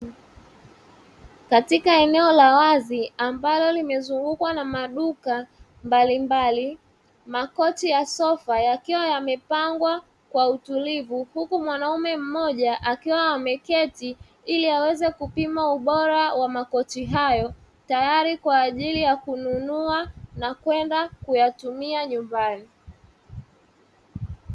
Katika eneo la wazi, ambalo limezungukwa na maduka mbalimbali, makochi ya sofa yakiwa yamepangwa kwa utulivu, huku mwanamme mmoja akiwa ameketi, ili aweze kupima ubora wa makochi hayo, tayari kwa ajili ya kununua na kwenda kuyatumia nyumbani.